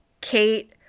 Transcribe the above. Kate